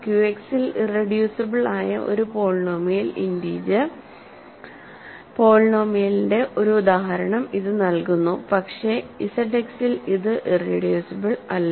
ക്യുഎക്സിൽ irreducible ആയ ഒരു polynomial integer പോളിനോമിയലിന്റെ ഒരു ഉദാഹരണം ഇത് നൽകുന്നു പക്ഷേ ഇസഡ് എക്സിൽ ഇത് ഇറെഡ്യൂസിബിൾ അല്ല